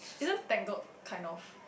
isn't tangle kind of